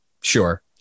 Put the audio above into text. Sure